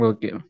Okay